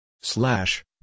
slash